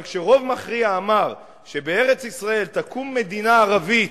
אבל כשרוב מכריע אמר שבארץ-ישראל תקום מדינה ערבית,